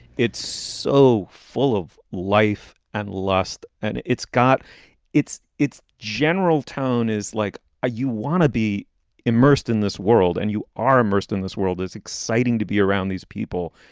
it's so full of life and lust and it's got its its general tone is like ah you wanna be immersed in this world and you are immersed in this world is exciting to be around these people.